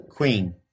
Queen